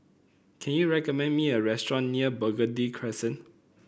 can you recommend me a restaurant near Burgundy Crescent